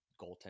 goaltender